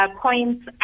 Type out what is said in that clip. points